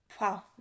wow